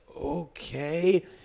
okay